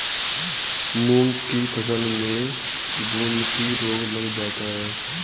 मूंग की फसल में बूंदकी रोग लग जाता है